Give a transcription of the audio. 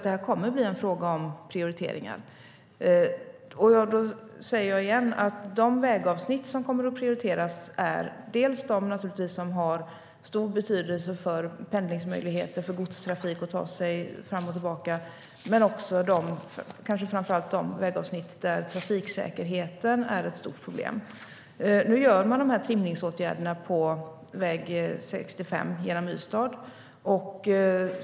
Det kommer att bli en fråga om prioriteringar. Nu vidtar man trimningsåtgärder på väg 65 genom Ystad.